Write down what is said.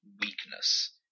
weakness